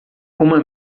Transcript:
uma